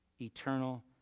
eternal